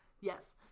Yes